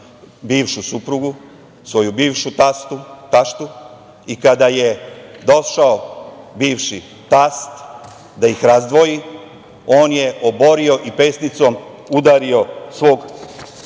bivšu suprugu, svoju bivšu taštu i kada je došao bivši tast da ih razdvoji on je oborio i pesnicom udario svog